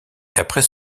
après